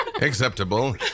Acceptable